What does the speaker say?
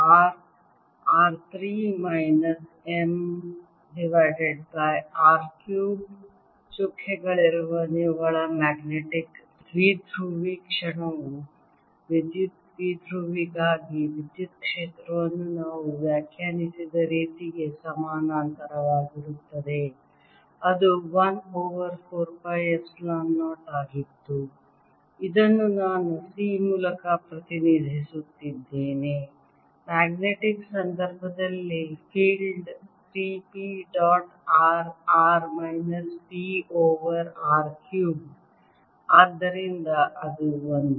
r r 3 minus m divided by r cube ಚುಕ್ಕೆಗಳಿರುವ ನಿವ್ವಳ magnetic ದ್ವಿಧ್ರುವಿ ಕ್ಷಣವು ವಿದ್ಯುತ್ ದ್ವಿಧ್ರುವಿಗಾಗಿ ವಿದ್ಯುತ್ ಕ್ಷೇತ್ರವನ್ನು ನಾವು ವ್ಯಾಖ್ಯಾನಿಸಿದ ರೀತಿಗೆ ಸಮಾನಾಂತರವಾಗಿರುತ್ತದೆ ಅದು 1 ಓವರ್ 4 ಪೈ ಎಪ್ಸಿಲಾನ್ 0 ಆಗಿತ್ತು ಇದನ್ನು ನಾನು c ಮೂಲಕ ಪ್ರತಿನಿಧಿಸುತ್ತಿದ್ದೇನೆ ಮ್ಯಾಗ್ನೆಟಿಕ್ ಸಂದರ್ಭದಲ್ಲಿ field 3 p dot r r minus p over r cubed ಆದ್ದರಿಂದ ಅದು ಒಂದು